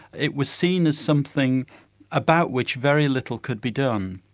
it was seen as something about which very little could be done,